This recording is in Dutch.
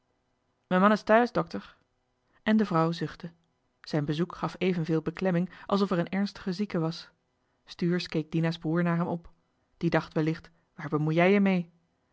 me man is thuis dokter en de vrouw zuchtte zijn bezoek gaf evenveel beklemming alsof er een ernstige zieke was stuursch keek dina's broer naar hem op die dacht wellicht waar bemoei jij je mee